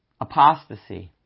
Apostasy